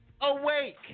awake